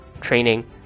training